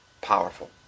powerful